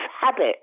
habit